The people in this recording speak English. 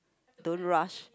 don't rush